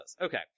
Okay